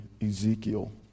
Ezekiel